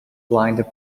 blind